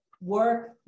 work